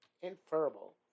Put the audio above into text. inferable